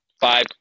five